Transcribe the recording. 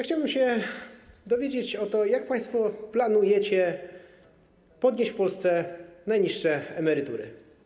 Chciałbym się dowiedzieć, jak państwo planujecie podnieść w Polsce najniższe emerytury.